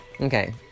Okay